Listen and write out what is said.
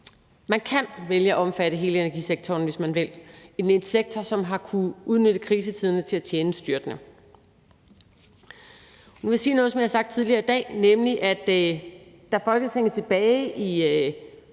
Man kan vælge at omfatte hele energisektoren, hvis man vil, altså en sektor, der har kunnet udnytte krisetiderne til at tjene styrtende. Nu vil jeg sige noget, som jeg har sagt tidligere i dag, nemlig at da Folketinget tilbage i